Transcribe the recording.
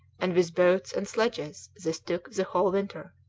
and with boats and sledges this took the whole winter.